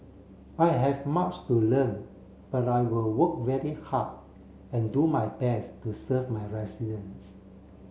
I have much to learn but I will work very hard and do my best to serve my residents